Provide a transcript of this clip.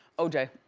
oj,